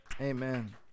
Amen